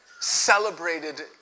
celebrated